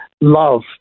love